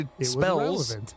spells